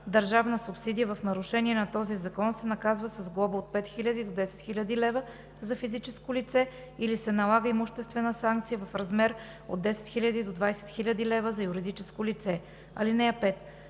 държавна субсидия, в нарушение на този закон се наказва с глоба от 5000 до 10 000 лева – за физическо лице, или се налага имуществена санкция в размер от 10 000 до 20 000 лв. – за юридическо лице. (5)